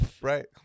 Right